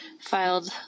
filed